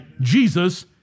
Jesus